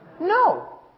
No